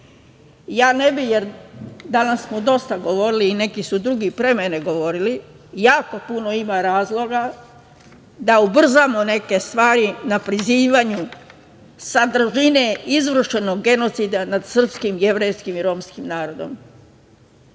ne bih, jer danas smo dosta govorili, i neki su drugi pre mene govorili, jako puno ima razloga da ubrzamo neke stvari na prizivanju sadržine izvršenog genocida nad srpskim, jevrejskim i romskim